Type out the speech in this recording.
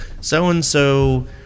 so-and-so